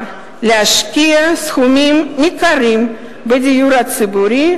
להשקיע סכומים ניכרים בדיור הציבורי,